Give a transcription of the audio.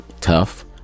tough